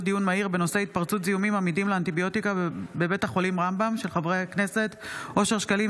דיון מהיר בהצעתם של חברי הכנסת אושר שקלים,